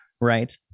right